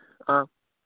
ആ